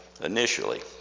initially